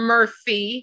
Murphy